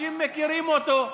אנשים מכירים אותו.